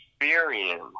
experience